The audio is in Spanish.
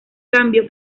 cambio